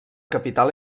capital